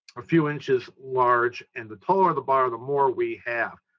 a few inches large and the taller the bar, the more we have.